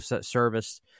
service